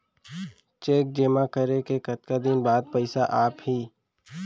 Cheque जेमा करे के कतका दिन बाद पइसा आप ही?